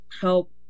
help